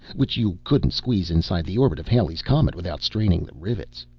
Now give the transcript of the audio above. which you couldn't squeeze inside the orbit of halley's comet without straining the rivets.